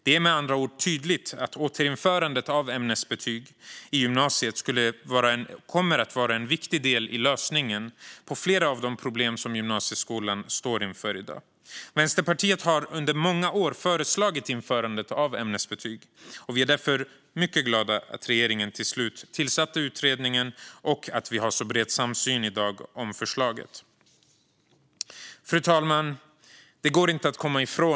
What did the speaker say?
Det är med andra ord tydligt att återinförandet av ämnesbetyg i gymnasiet kommer att vara en viktig del av lösningen på flera av de problem som gymnasieskolan står inför i dag. Vänsterpartiet har under många år föreslagit införandet av ämnesbetyg. Vi är därför mycket glada åt att regeringen till slut tillsatte utredningen och att vi har en bred samsyn i dag om förslaget. Fru talman!